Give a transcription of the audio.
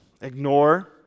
Ignore